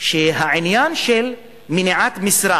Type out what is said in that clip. שהעניין של מניעת משרה